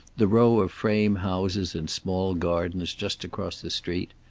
the row of frame houses in small gardens just across the street.